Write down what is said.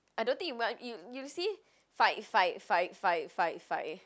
I don't think you you see fight fight fight fight fight fight